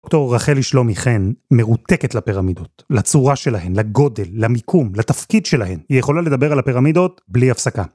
דוקטור רחלי שלומי חן מרותקת לפירמידות, לצורה שלהן, לגודל, למיקום, לתפקיד שלהן. היא יכולה לדבר על הפירמידות בלי הפסקה.